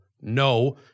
No